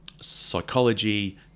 Psychology